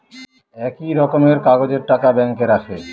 একই রকমের কাগজের টাকা ব্যাঙ্কে রাখে